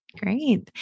Great